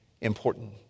important